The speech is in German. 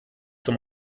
zum